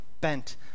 bent